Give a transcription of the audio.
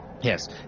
Yes